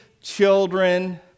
children